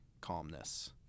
calmness